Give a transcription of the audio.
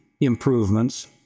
improvements